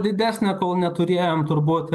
didesnė kol neturėjom turbūt